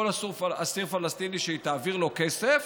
כל אסיר פלסטיני שהיא תעביר לו כסף,